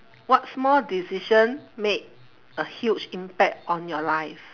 what small decision made a huge impact on your life